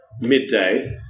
midday